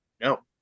No